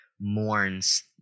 mourns